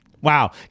Wow